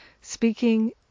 speaking